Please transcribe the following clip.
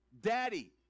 daddy